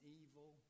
evil